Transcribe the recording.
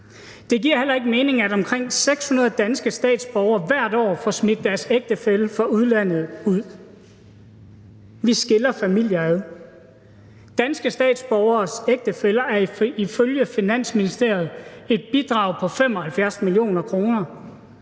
Det giver heller ikke mening, at omkring 600 danske statsborgere hvert år får smidt deres ægtefælle fra udlandet ud. Vi skiller familier ad. Danske borgeres ægtefæller er ifølge Finansministeriet et bidrag på 75 mio. kr.,